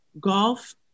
golf